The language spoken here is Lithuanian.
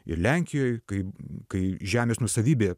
ir lenkijoj kai kai žemės nuosavybė